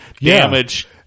damage